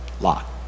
Lot